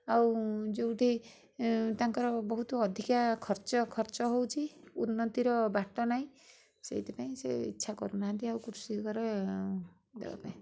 ଆଉ ଯେଉଁଠି ତାଙ୍କର ବହୁତ ଅଧିକା ଖର୍ଚ୍ଚ ଖର୍ଚ୍ଚ ହେଉଛି ଉନ୍ନତିର ବାଟ ନହିଁ ସେଇଥିପାଇଁ ସେ ଇଚ୍ଛା କରୁନାହାନ୍ତି ଆଉ ଘରେ ଦେବା ପାଇଁ